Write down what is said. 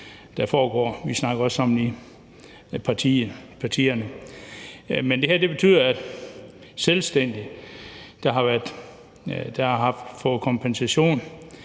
der foregår, og vi snakker også sammen i partierne. Men det her betyder, at selvstændige, der har fået kompensation